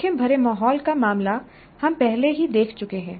जोखिम भरे माहौल का मामला हम पहले ही देख चुके हैं